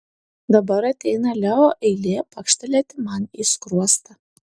dabar ateina leo eilė pakštelėti man į skruostą